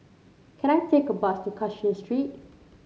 can I take a bus to Cashin Street